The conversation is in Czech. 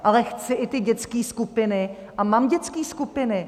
Ale chci i ty dětské skupiny a mám dětské skupiny.